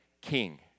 king